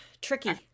tricky